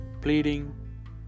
pleading